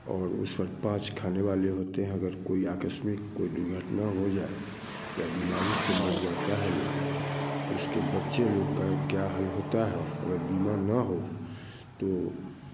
और उस पर पाँच खाने वाले होते है अगर कोई आकस्मिक कोई दुर्घटना हो जाए या बीमारी से मर जाता है लोग तो इसके बच्चे लोग का क्या हाल होता है अगर बीमा न हो तो